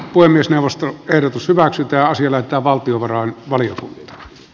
puhemiesneuvoston ehdotus hyväksytään sillä että valtio varain valiokunta